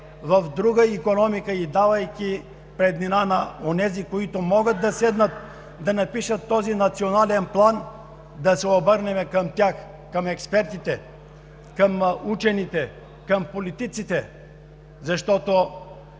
в друга икономика и давайки преднина на онези, които могат да седнат, да напишат този национален план. Да се обърнем към тях – към експертите, към учените, към политиците, защото